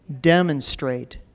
demonstrate